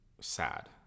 sad